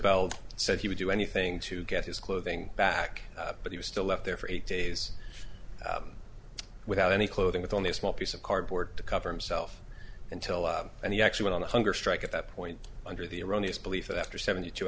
bell said he would do anything to get his clothing back but he was still left there for eight days without any clothing with only a small piece of cardboard to cover himself until and he actually went on a hunger strike at that point under the erroneous belief that after seventy two